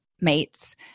mates